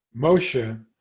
Moshe